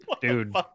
dude